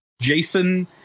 Jason